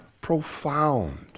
profound